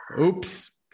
Oops